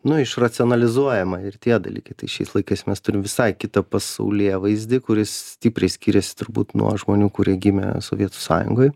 nu išracionalizuojama ir tie dalykai tai šiais laikais mes turim visai kitą pasaulėvaizdį kuris stipriai skiriasi turbūt nuo žmonių kurie gimė sovietų sąjungoj